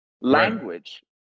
Language